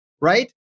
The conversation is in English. right